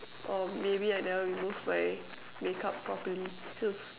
or maybe I never remove my makeup properly